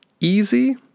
Easy